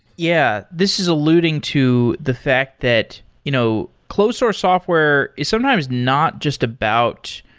yeah, this is alluding to the fact that you know close source software is sometimes not just about,